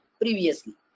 previously